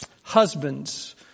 Husbands